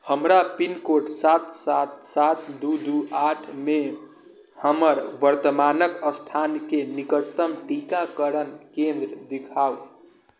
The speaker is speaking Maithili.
हमरा पिन कोड सात सात सात दू दू आठमे हमर वर्तमानक स्थानके निकटतम टीकाकरण केंद्र देखाउ